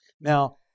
Now